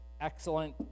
excellent